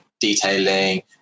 detailing